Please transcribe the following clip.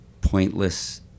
pointless